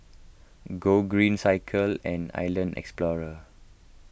Gogreen Cycle and Island Explorer